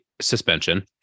Suspension